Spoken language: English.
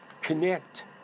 connect